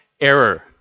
error